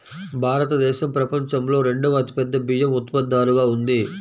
భారతదేశం ప్రపంచంలో రెండవ అతిపెద్ద బియ్యం ఉత్పత్తిదారుగా ఉంది